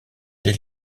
des